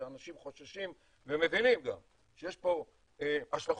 שאנשים חוששים ומבינים גם שיש פה השלכות